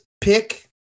pick